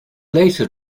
later